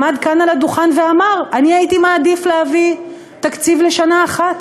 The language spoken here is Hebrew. עמד כאן על הדוכן ואמר: אני הייתי מעדיף להביא תקציב לשנה אחת.